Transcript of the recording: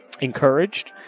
encouraged